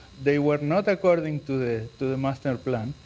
they were not according to the to the master plan.